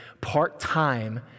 part-time